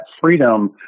freedom